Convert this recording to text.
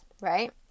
right